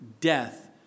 death